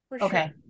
okay